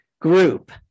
group